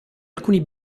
alcuni